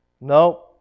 No